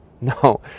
No